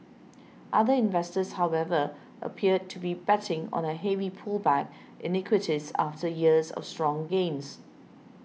other investors however appear to be betting on a heavy pullback in equities after years of strong gains